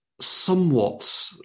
somewhat